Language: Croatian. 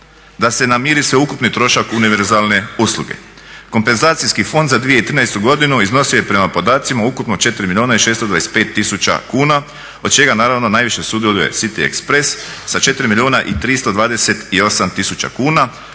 da se namiri sveukupni trošak univerzalne usluge. kompenzacijski fond za 2013.godinu iznosi je prema podacima ukupno 4 milijuna i 625 tisuća kuna od čega najviše sudjeluje City express sa 4 milijuna i 328 tisuća kuna,